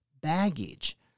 baggage